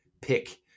pick